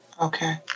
okay